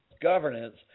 governance